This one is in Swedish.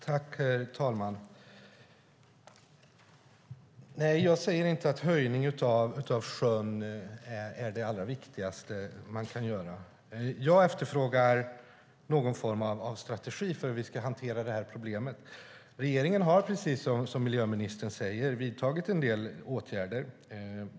Herr talman! Jag säger inte att en höjning av sjön är det allra viktigaste som man kan göra. Jag efterfrågar någon form av strategi för hur vi ska hantera det här problemet. Regeringen har, precis som miljöministern säger, vidtagit en del åtgärder.